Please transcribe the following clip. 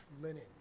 linen